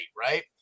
right